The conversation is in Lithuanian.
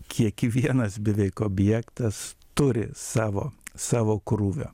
kiekvienas beveik objektas turi savo savo krūvio